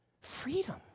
freedom